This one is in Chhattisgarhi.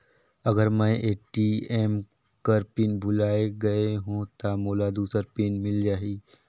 अगर मैं ए.टी.एम कर पिन भुलाये गये हो ता मोला दूसर पिन मिल जाही?